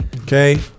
Okay